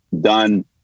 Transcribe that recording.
done